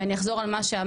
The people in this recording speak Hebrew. ואני אחזור על מה שאמרתי,